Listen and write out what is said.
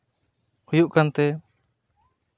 ᱦᱩᱭᱩᱜ ᱠᱟᱱᱛᱮ